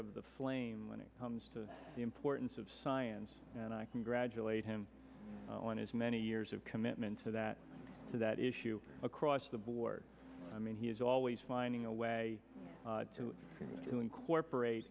of the flame when it comes to the importance of science and i congratulate him on his many years of commitment to that to that issue across the board i mean he is always finding a way to incorporate